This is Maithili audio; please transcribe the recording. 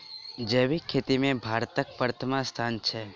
जैबिक खेती मे भारतक परथम स्थान छै